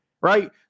right